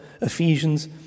Ephesians